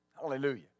hallelujah